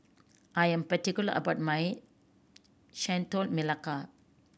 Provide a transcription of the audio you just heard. I am particular about my Chendol Melaka